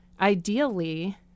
Ideally